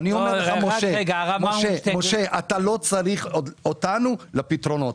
אני אומר לך משה, אתה לא צריך אותנו לפתרונות.